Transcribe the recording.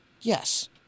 Yes